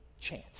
chance